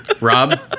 Rob